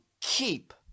keep